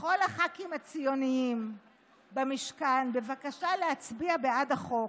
לכל הח"כים הציוניים במשכן בבקשה להצביע בעד החוק